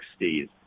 1960s